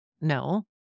No